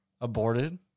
aborted